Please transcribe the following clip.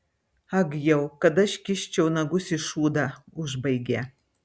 ag jau kad aš kiščiau nagus į šūdą užbaigė